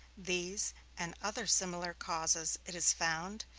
these and other similar causes, it is found,